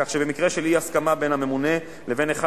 כך שבמקרה של אי-הסכמה בין הממונה לבין אחד